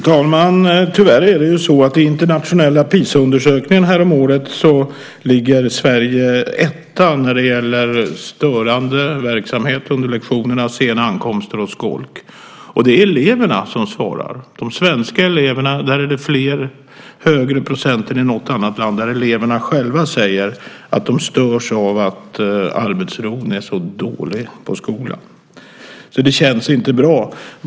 Fru talman! Tyvärr ligger Sverige enligt den internationella Pisaundersökningen häromåret etta när det gäller störande verksamhet under lektionerna, sen ankomst och skolk, och det är eleverna som svarar. Av de svenska eleverna är det högre procent elever än i något annat land som själva säger att de störs av att arbetsron är så dålig i skolan att det inte känns bra.